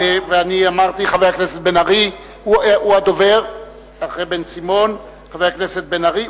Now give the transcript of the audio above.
חבר הכנסת בן-ארי הוא הדובר אחרי חבר הכנסת בן-סימון.